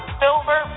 silver